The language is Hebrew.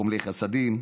גומלי חסדים,